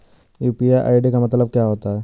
UPI ID का मतलब क्या होता है?